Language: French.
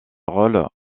rôle